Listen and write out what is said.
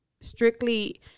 strictly